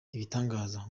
ibitangaza